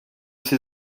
ces